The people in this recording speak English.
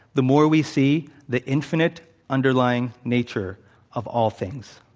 the more we see the infinite underlying nature of all things.